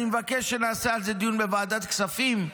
אני מבקש שנעשה על זה דיון בוועדת הכספים,